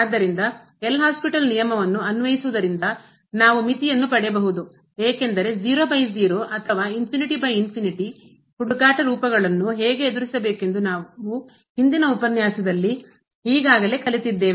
ಆದ್ದರಿಂದ L hospital ನಿಯಮವನ್ನು ಅನ್ವಯಿಸುವುದರಿಂದ ನಾವು ಮಿತಿಯನ್ನು ಪಡೆಯಬಹುದು ಏಕೆಂದರೆ 00 ಅಥವಾ ಹುಡುಕಾಟ ರೂಪಗಳನ್ನು ಹೇಗೆ ಎದುರಿಸಬೇಕೆಂದು ನಾವು ಹಿಂದಿನ ಉಪನ್ಯಾಸದಲ್ಲಿ ಈಗಾಗಲೇ ಕಲಿತಿದ್ದೇವೆ